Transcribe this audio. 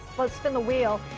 let's spin the wheel,